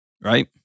right